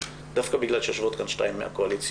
דווקא בגלל שיושבות כאן שתי חברות כנסת מהקואליציה,